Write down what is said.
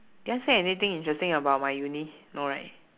did I say anything interesting about my uni no right